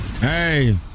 Hey